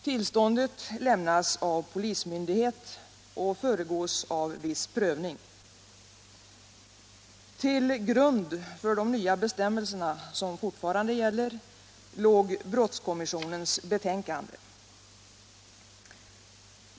Tillståndet lämnas av polismyndighet och föregås av viss prövning. Till grund för de nya bestämmelserna, som fortfarande gäller, låg brottskommissionens betänkande.